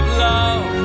love